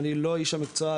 שאני לא איש המקצוע,